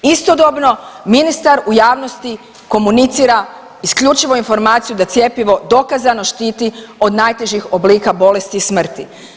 Istodobno ministar u javnosti komunicira isključivo informaciju da cjepivo dokazano štiti od najtežih oblika bolesti i smrti.